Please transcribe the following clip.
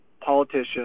politicians